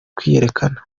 kwiyerekana